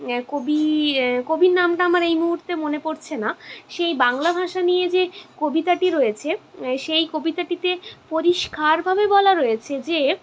কবি কবির নামটা আমার এই মুহূর্তে মনে পড়ছে না সেই বাংলা ভাষা নিয়ে যে কবিতাটি রয়েছে সেই কবিতাটিতে পরিষ্কারভাবে বলা রয়েছে যে